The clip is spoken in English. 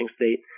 state